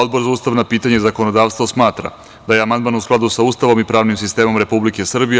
Odbor za ustavna pitanja i zakonodavstvo smatra da je amandman u skladu sa Ustavom i pravnim sistemom Republike Srbije.